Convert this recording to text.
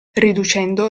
riducendo